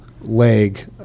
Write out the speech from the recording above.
leg